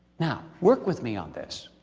now, work with me on this.